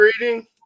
reading